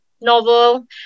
novel